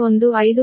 15 p